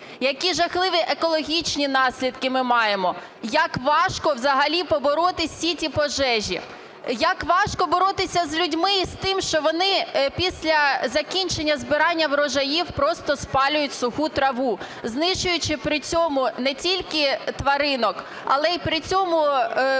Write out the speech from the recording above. які жахливі екологічні наслідки ми маємо, як важко взагалі побороти всі ті пожежі. Як важко боротися з людьми і з тим, що вони після закінчення збирання врожаїв просто спалюють суху траву, знищуючи при цьому не тільки тваринок, але й при цьому, коли